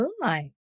Moonlight